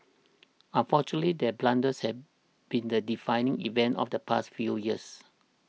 unfortunately their blunders have been the defining event of the past few years